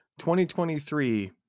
2023